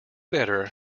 better